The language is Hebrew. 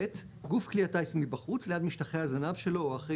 גוף כלי הטיס מבחוץ ליד משטחי הזנב שלו או אחרי